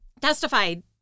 testified